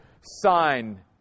sign